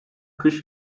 kış